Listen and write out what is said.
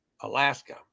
Alaska